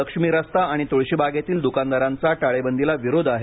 लक्ष्मी रस्ता आणि तुळशीबागेतील दुकानदारांचा टाळेबंदीला विरोध आहे